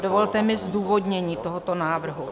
Dovolte mi zdůvodnění tohoto návrhu.